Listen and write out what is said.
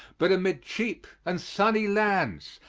but amid cheap and sunny lands,